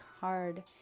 hard